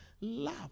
love